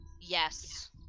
Yes